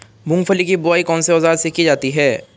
मूंगफली की बुआई कौनसे औज़ार से की जाती है?